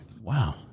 Wow